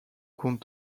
compte